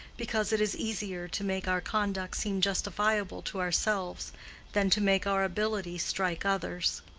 because it is easier to make our conduct seem justifiable to ourselves than to make our ability strike others.